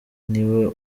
niwe